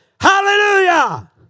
Hallelujah